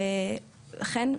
וכן,